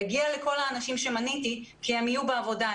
יגיע לכל האנשים שמניתי כי הם יהיו בעבודה,